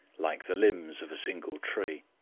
like the limbs of a single tree.